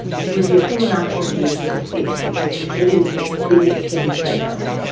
you would be a fool not to engage with the state because the state is the biggest kid in the playground.